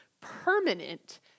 permanent